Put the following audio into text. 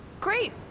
Great